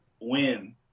win